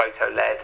photo-led